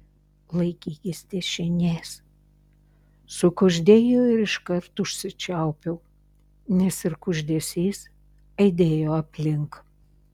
laikykis dešinės sukuždėjau ir iškart užsičiaupiau nes ir kuždesys aidėjo aplink